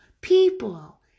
People